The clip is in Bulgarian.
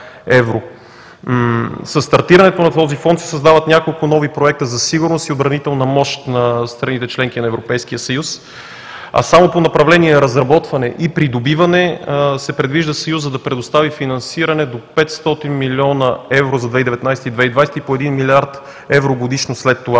Със стартирането на този фонд се създават няколко нови проекта за сигурност и отбранителна мощ на страните-членки на Европейския съюз, а само по направление „Разработване и придобиване“ се предвижда Съюзът да предостави финансиране до 500 млн. евро за 2019 г. и 2020 г., и по 1 млрд. евро годишно след това.